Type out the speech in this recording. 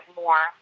more